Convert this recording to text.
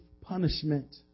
punishment